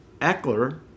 Eckler